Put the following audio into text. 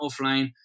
offline